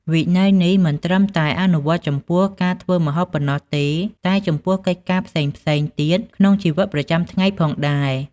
វិន័យនេះមិនត្រឹមតែអនុវត្តចំពោះការធ្វើម្ហូបប៉ុណ្ណោះទេ តែចំពោះកិច្ចការផ្សេងៗទៀតក្នុងជីវិតប្រចាំថ្ងៃផងដែរ។